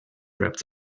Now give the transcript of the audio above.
grabbed